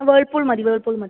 Whirlpool മതി Whirlpool മതി